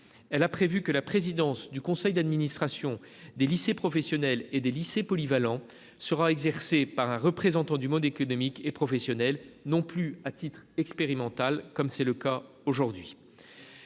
Elle a prévu que la présidence du conseil d'administration des lycées professionnels et des lycées polyvalents sera exercée par un représentant du monde économique et professionnel, non plus à titre expérimental, comme cela est le cas aujourd'hui.